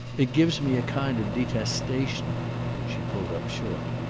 it gives me a kind of detestation she pulled up short.